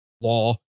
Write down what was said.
law